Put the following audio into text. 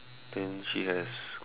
then she has